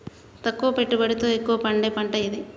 తక్కువ పెట్టుబడితో ఎక్కువగా పండే పంట ఏది?